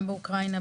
גם באוקראינה,